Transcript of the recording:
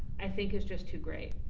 i think is just too great.